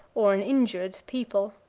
or an injured, people.